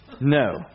No